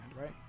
right